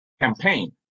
campaign